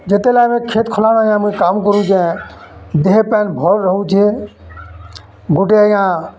ଯେତେବେଲେ ଆମେ ଖେତ୍ ଖଲାନେ ମୁଇଁ କାମ୍ କରୁଛେ ଦେହେ ପାଏନ୍ ଭଲ୍ ରହୁଛେ ଗୁଟେ ଆଜ୍ଞା